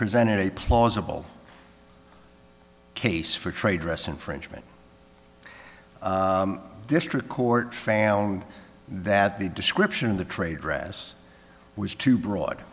presented a plausible case for trade dress infringement district court found that the description of the trade dress was too broad